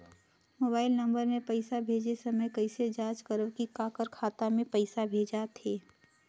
Mobile number मे पइसा भेजे समय कइसे जांच करव की काकर खाता मे पइसा भेजात हे?